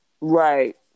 Right